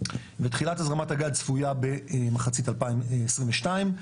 ותחילת הזרמת הגז צפויה במחצית 2022,